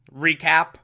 recap